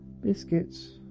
Biscuits